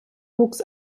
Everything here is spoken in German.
wuchs